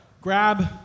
grab